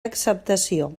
acceptació